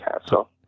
Castle